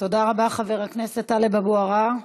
תודה רבה, חבר הכנסת טלב אבו עראר.